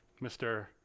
mr